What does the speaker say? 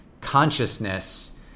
Consciousness